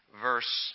verse